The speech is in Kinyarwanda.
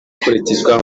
akurikizwa